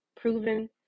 proven